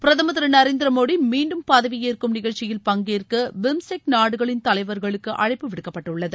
பிரதமர் திரு நரேந்திர மோடி மீண்டும் பதவி ஏற்கும் நிகழ்ச்சியில் பங்கேற்க பிம்ஸ்டெக் நாடுகளின் தலைவர்களுக்கு அழைப்பு விடுக்கப்பட்டுள்ளது